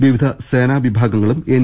വിവിധ സേനാ വിഭാഗങ്ങളും എൻ